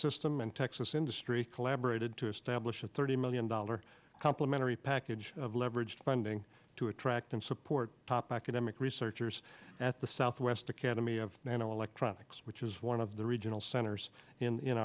system and texas industry collaborated to establish a thirty million dollar complimentary package of leveraged funding to attract and support top academic researchers at the southwest academy of nano electronics which is one of the regional centers in i